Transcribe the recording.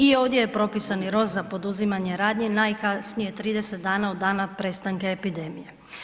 I ovdje je propisani rok za poduzimanje radnji najkasnije 30 dana od dana prestanka epidemije.